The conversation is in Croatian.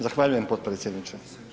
Zahvaljujem potpredsjedniče.